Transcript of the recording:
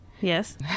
Yes